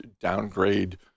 downgrade